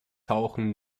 tauchen